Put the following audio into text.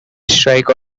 strike